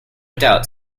doubt